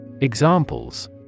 Examples